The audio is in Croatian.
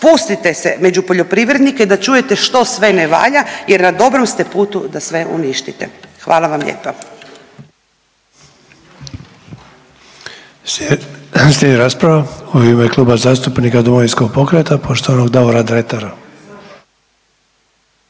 spustite se među poljoprivrednike da čujete što sve ne valja, jer na dobrom ste putu da sve uništite. Hvala vam lijepa.